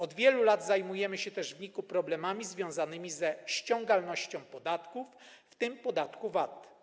Od wielu lat zajmujemy się w NIK-u problemami związanymi ze ściągalnością podatków, w tym podatku VAT.